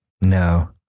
No